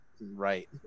right